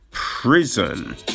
Prison